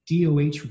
DOH